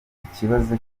ikibazo